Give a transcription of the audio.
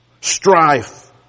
strife